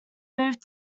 moved